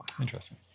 Interesting